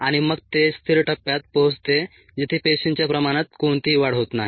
आणि मग ते स्थिर टप्प्यात पोहोचते जिथे पेशींच्या प्रमाणात कोणतीही वाढ होत नाही